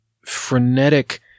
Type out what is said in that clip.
frenetic